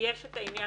שיש את העניין